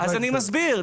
אני מסביר.